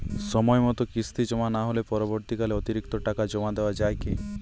সময় মতো কিস্তি জমা না হলে পরবর্তীকালে অতিরিক্ত টাকা জমা দেওয়া য়ায় কি?